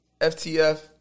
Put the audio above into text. FTF